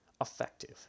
effective